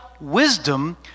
wisdom